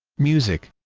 music